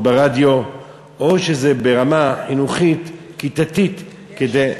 ברדיו או שזה ברמה חינוכית כיתתית כדי,